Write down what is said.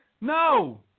No